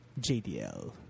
JDL